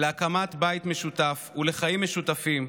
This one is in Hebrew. להקמת בית משותף ולחיים משותפים,